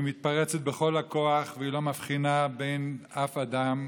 והיא מתפרצת בכל הכוח, והיא לא מבחינה בין אף אדם.